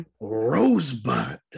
Rosebud